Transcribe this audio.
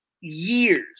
years